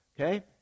Okay